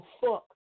fuck